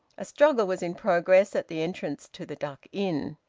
a struggle was in progress at the entrance to the duck inn.